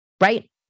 right